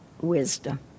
wisdom